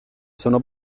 sono